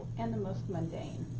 and the most mundane.